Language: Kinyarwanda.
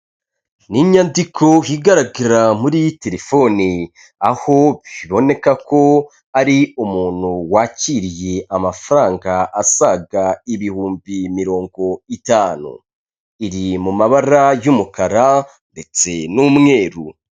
Ni inyandiko igaragara muri telefoni aho biboneka ko ari umuntu wakiriye amafaranga asaga ibihumbi mirongo itanu, iri mu mabara y'umukara ndetse n'umweru.